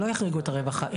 לא החריגו את הרווחה,